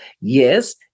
yes